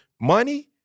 money